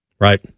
right